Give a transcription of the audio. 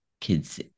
kids